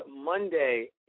Monday